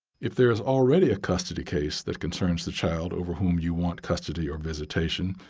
if there is already a custody case that concerns the child over whom you want custody or visitation,